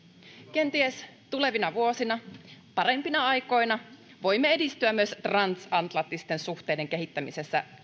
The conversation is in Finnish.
kenties tulevina vuosina parempina aikoina voimme edistyä myös transatlanttisten suhteiden kehittämisessä